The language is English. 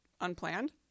unplanned